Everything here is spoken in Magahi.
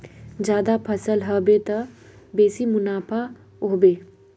ज्यादा फसल ह बे त बेसी मुनाफाओ ह बे